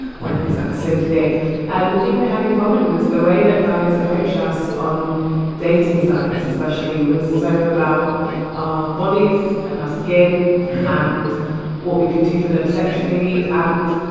one who's, like, slim-thick. and the thing we had in common was the way that guys approached us on dating sites, especially, was so about our bodies and our skin and what we could do for them sexually. and,